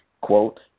quote